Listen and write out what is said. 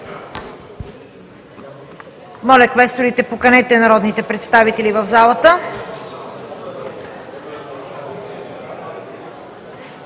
Моля, квесторите, поканете народните представители в залата.